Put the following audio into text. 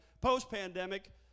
post-pandemic